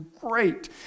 great